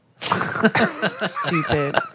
Stupid